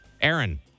Aaron